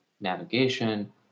navigation